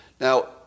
Now